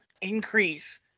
increase